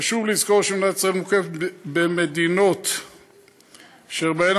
חשוב לזכור שמדינת ישראל מוקפת במדינות אשר בהן